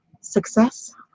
Success